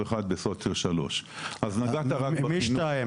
בסוציו שלוש --- מי שתיים,